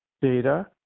data